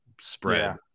spread